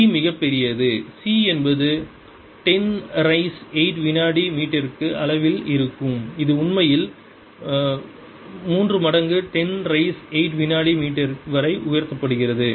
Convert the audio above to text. C மிகப் பெரியது C என்பது 10 ரீஸ் 8 வினாடிக்கு மீட்டர் அளவில் இருக்கும் இது உண்மையில் 3 மடங்கு 10 ரீஸ் 8 வினாடிக்கு மீட்டர் வரை உயர்த்தப்படுகிறது